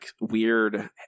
weird